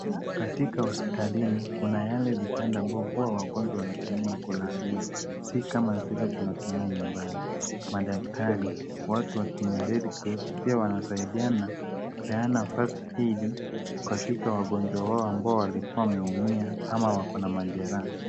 Katika hospitalini, kuna yale vitanda ambao hua wagonjwa wanatumia kulalia. Si kama zile tunatumia nyumbani. Madaktari, watu wa Kenya redcross pia wanasaidiana kupeana first aid katika wagonjwa wao ambao walikuwa wameumia ama wako na majeraha.